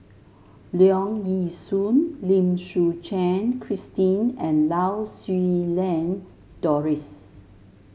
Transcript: Leong Yee Soo Lim Suchen Christine and Lau Siew Lang Doris